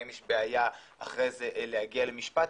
האם יש בעיה אחרי זה להגיע למשפט.